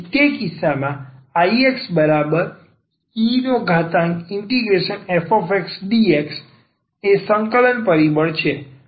તેથી તે કિસ્સામાં Ixefxdx એ સંકલન પરિબળ છે